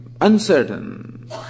uncertain